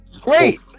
great